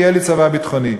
ויהיה לי צבא ביטחוני.